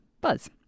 buzz